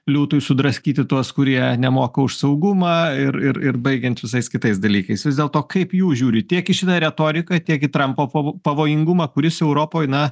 liūtui sudraskyti tuos kurie nemoka už saugumą ir ir ir baigiant visais kitais dalykais vis dėlto kaip jūs žiūrit tiek į šitą retoriką tiek į trumpo pavo pavojingumą kuris europoj na